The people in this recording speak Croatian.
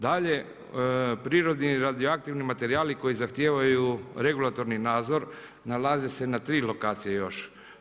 Dalje, prirodni, radioaktivni materijali koji zahtijevaju regulatorni nadzor, nalaze se na 3 lokacije još.